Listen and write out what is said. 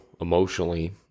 emotionally